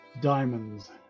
diamonds